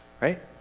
right